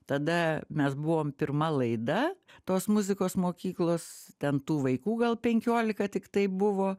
tada mes buvom pirma laida tos muzikos mokyklos ten tų vaikų gal penkiolika tiktai buvo